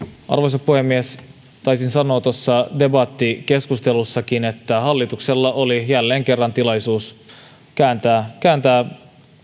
arvoisa puhemies taisin sanoa tuossa debattikeskustelussakin että hallituksella oli jälleen kerran tilaisuus kääntää kääntää